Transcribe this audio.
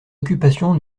occupations